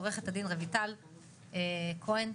עוה"ד רויטל לן כהן,